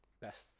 best